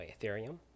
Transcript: Ethereum